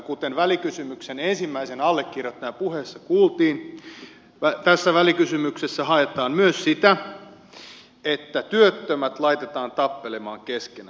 kuten välikysymyksen ensimmäisen allekirjoittajan puheessa kuultiin tässä välikysymyksessä haetaan myös sitä että työttömät laitetaan tappelemaan keskenään